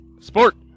sport